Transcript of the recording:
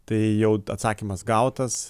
tai jau atsakymas gautas